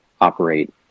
operate